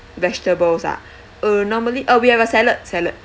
vegetables ah uh normally uh we have a salad salad